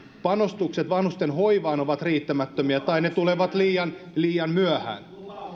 panostukset vanhusten hoivaan ovat riittämättömiä tai ne tulevat liian liian myöhään